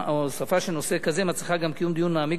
הוספה של נושא כזה מצריכה גם קיום דיון מעמיק